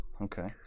Okay